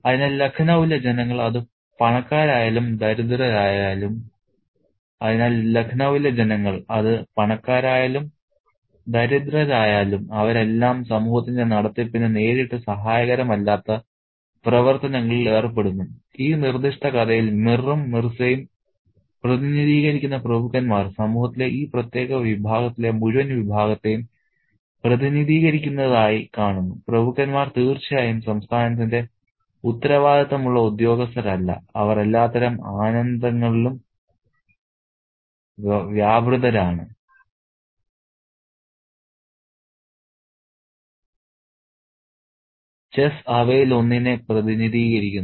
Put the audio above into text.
അതിനാൽ ലഖ്നൌവിലെ ജനങ്ങൾ അത് പണക്കാരായാലും ദരിദ്രരായാലും അവരെല്ലാം സമൂഹത്തിന്റെ നടത്തിപ്പിന് നേരിട്ട് സഹായകരമല്ലാത്ത പ്രവർത്തനങ്ങളിൽ ഏർപ്പെടുന്നു ഈ നിർദ്ദിഷ്ട കഥയിൽ മിറും മിർസയും പ്രതിനിധീകരിക്കുന്ന പ്രഭുക്കന്മാർ സമൂഹത്തിലെ ഈ പ്രത്യേക വിഭാഗത്തിലെ മുഴുവൻ വിഭാഗത്തെയും പ്രതിനിധീകരിക്കുന്നതായി കാണുന്നു പ്രഭുക്കന്മാർ തീർച്ചയായും സംസ്ഥാനത്തിന്റെ ഉത്തരവാദിത്തമുള്ള ഉദ്യോഗസ്ഥരല്ല അവർ എല്ലാത്തരം ആനന്ദങ്ങളിലും വ്യാപൃതരാണ് ചെസ്സ് അവയിലൊന്നിനെ പ്രതിനിധീകരിക്കുന്നു